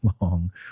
long